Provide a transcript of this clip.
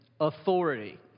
Authority